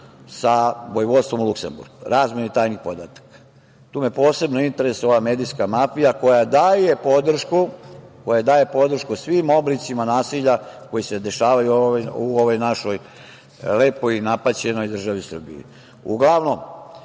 sa Vojvodstvom Luksemburg. Tu me posebno interesuje ova medijska mafija koja daje podršku svim oblicima nasilja koji se dešavaju u ovoj našoj lepoj i napaćenoj državi